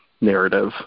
narrative